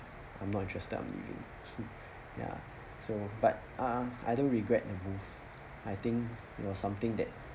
I'm not interested I'm leaving ya so but uh I don't regret to move I think it was something that